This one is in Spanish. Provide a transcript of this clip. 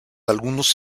algunos